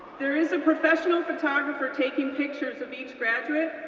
there is a professional photographer taking pictures of each graduate,